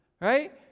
right